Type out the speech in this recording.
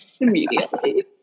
immediately